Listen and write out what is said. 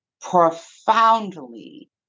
profoundly